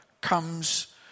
comes